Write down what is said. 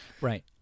Right